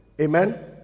Amen